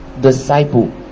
disciple